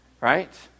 Right